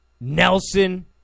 Nelson